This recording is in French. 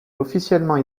officiellement